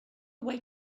away